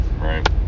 right